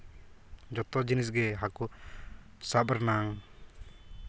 ᱡᱚᱛᱚ ᱡᱤᱱᱤᱥᱜᱮ ᱦᱟᱹᱠᱩ ᱥᱟᱵ ᱨᱮᱱᱟᱝ